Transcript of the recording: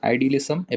Idealism